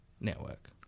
network